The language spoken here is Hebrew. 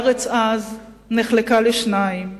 והארץ נחלקה אז לשניים,